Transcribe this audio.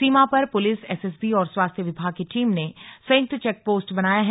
सीमा पर police SSB और स्वास्थ्य विभाग की टीम ने संयुक्त चेक पोस्ट बनाया है